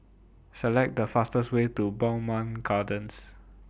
Select The fastest Way to Bowmont Gardens